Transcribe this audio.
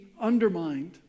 undermined